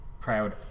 proud